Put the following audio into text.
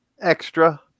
Extra